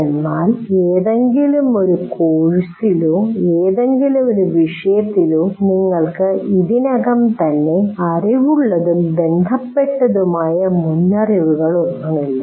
" എന്നാൽ ഏതെങ്കിലും കോഴ്സിലോ ഏതെങ്കിലും വിഷയത്തിലോ നിങ്ങൾക്ക് ഇതിനകം തന്നെ അറിവുള്ളതും ബന്ധപ്പെട്ടതുമായ മുൻ അറിവുകളൊന്നുമില്ല